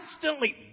constantly